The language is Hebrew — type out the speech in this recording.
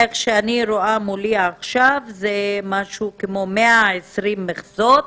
איך שאני רואה מולי עכשיו, משהו כמו 120 מכסות,